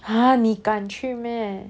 !huh! 你敢去 meh